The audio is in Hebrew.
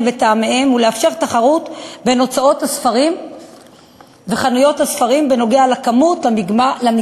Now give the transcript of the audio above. וטעמיהם ולאפשר תחרות בין הוצאות הספרים וחנויות הספרים בנוגע לכמות,